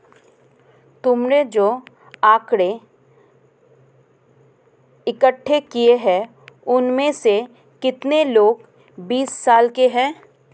तुमने जो आकड़ें इकट्ठे किए हैं, उनमें से कितने लोग बीस साल के हैं?